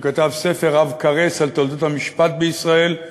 שכתב ספר עב-כרס על תולדות המשפט בישראל,